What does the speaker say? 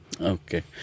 Okay